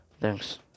Thanks